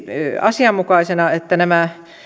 asianmukaisena että nämä